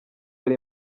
yari